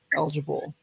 eligible